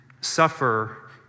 suffer